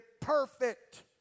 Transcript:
perfect